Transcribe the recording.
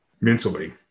mentally